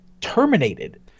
terminated